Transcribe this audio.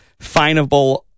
finable